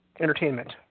Entertainment